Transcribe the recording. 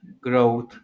growth